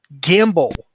gamble